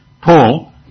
Paul